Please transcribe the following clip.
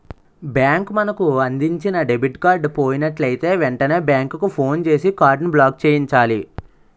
bank మనకు అందించిన debit card పోయినట్లయితే వెంటనే బ్యాంకుకు ఫోన్ చేసి కార్డును బ్లాక్చేయించాలి